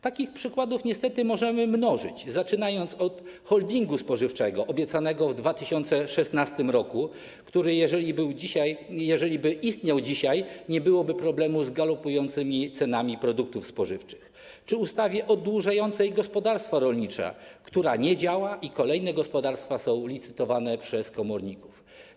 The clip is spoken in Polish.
Takie przykłady niestety możemy mnożyć, zaczynając od holdingu spożywczego obiecanego w 2016 r., który - gdyby dzisiaj istniał - spowodowałby, że nie byłoby problemu z galopującymi cenami produktów spożywczych, czy ustawy oddłużającej gospodarstwa rolnicze, która nie działa i kolejne gospodarstwa są licytowane przez komorników.